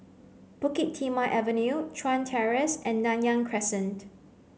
Bukit Timah Avenue Chuan Terrace and Nanyang Crescent